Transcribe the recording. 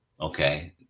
okay